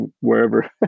wherever